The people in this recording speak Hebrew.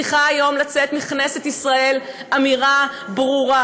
צריכה היום לצאת מכנסת ישראל אמירה ברורה